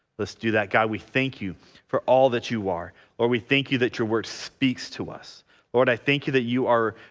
let's do that god we thank you for all that you are lord we thank you that your word speaks to us lord i thank you that you are